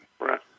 Right